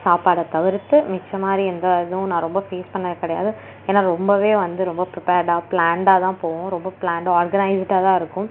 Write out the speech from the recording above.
சாப்பாடை தவிர்த்து மிச்ச மாதிரி எந்த இதுவும் நான் ரொம்ப ஃபேஸ் பண்ணது கிடையாது ஏன்னால் ரொம்பவே வந்து ரொம்ப ப்ரிப்பேர்டாக ப்ளான்டாக தான் போவோம் ரொம்ப ப்ளான்டு ஆர்கனைஸ்டாக தான் இருக்கும்